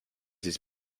his